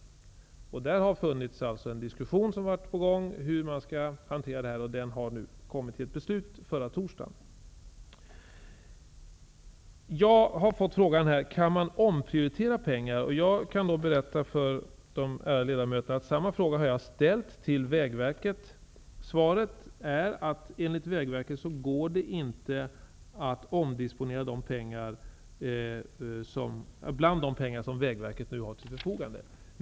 På den punkten har funnits en diskussion, men nu har man kommit till ett beslut, vilket skedde förra torsdagen. Jag har fått frågan: Kan man omprioritera pengar? Jag kan berätta för de ärade ledamöterna att jag har ställt samma fråga till Vägverket. Svaret är att enligt Vägverket så går det inte att omdisponera bland de pengar som Vägverket har till sitt förfogande.